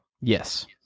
Yes